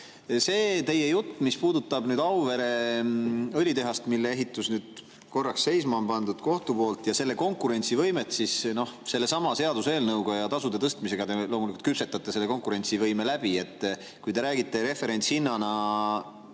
See teie jutt, mis puudutab Auvere õlitehast, mille ehitus nüüd korraks on seisma pandud kohtu poolt, ja selle konkurentsivõimet – sellesama seaduseelnõuga ja tasude tõstmisega te loomulikult küpsetate selle konkurentsivõime läbi. Kui te räägite referentshinnana